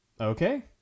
Okay